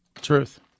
Truth